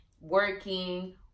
working